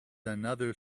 another